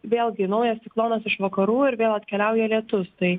vėlgi naujas ciklonas iš vakarų ir vėl atkeliauja lietus tai